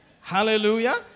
Hallelujah